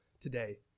today